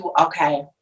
okay